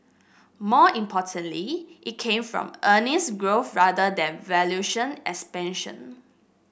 more importantly it came from earnings growth rather than valuation expansion